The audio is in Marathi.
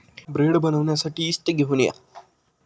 ब्रेड बनवण्यासाठी यीस्ट घेऊन या